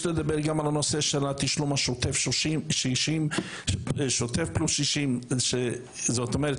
יש לדבר גם על הנושא של התשלום שוטף + 60. זאת אומרת,